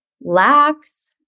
lax